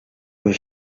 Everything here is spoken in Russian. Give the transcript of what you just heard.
уже